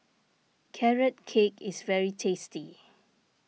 Carrot Cake is very tasty